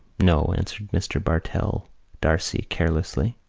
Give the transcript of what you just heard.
no, answered mr. bartell d'arcy carelessly.